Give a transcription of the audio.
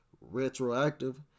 retroactive